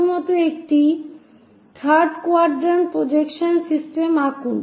প্রথমত একটি third quadrant projection system আঁকুন